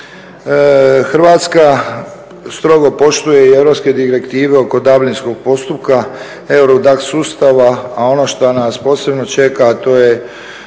Hrvatska strogo poštuje europske direktive oko Dublinskog postupka, … sustava, a ono što nas posebno čeka, a to je